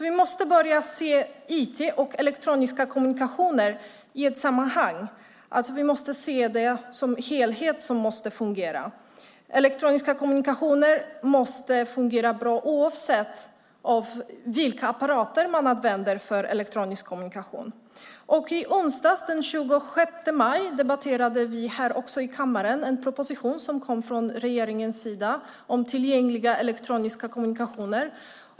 Vi måste börja se IT och elektroniska kommunikationer i ett sammanhang och se det som en helhet som måste fungera. Elektroniska kommunikationer måste fungera bra oavsett vilka apparater man använder. I onsdags, den 26 maj, debatterade vi i kammaren en proposition om tillgängliga elektroniska kommunikationer.